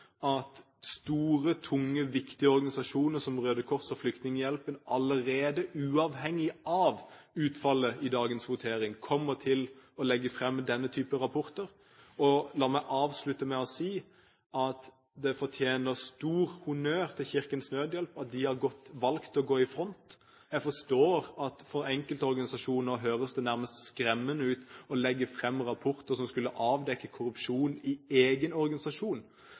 at store, tunge, viktige organisasjoner som Røde Kors og Flyktninghjelpen allerede, uavhengig av utfallet i dagens votering, kommer til å legge fram denne type rapporter. La meg avslutte med å si at Kirkens Nødhjelp fortjener stor honnør for at de har valgt å gå i front. Jeg forstår at det for enkelte organisasjoner høres nærmest skremmende ut å legge fram rapporter som skulle avdekke korrupsjon i egen organisasjon.